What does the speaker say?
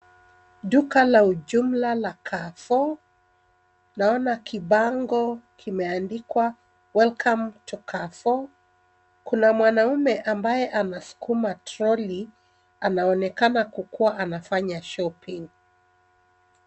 Duka la ujumla la Carrefour naona kibango kimeandikwa Welcome to Carrefour kuna mwanaume ambaye anasukuma trolley anaoenekana kukuwa anafanya shopping .